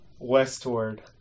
westward